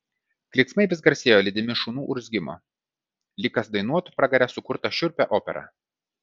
klyksmai vis garsėjo lydimi šunų urzgimo lyg kas dainuotų pragare sukurtą šiurpią operą